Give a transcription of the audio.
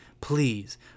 please